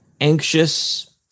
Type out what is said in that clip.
anxious